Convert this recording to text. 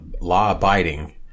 law-abiding